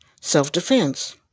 self-defense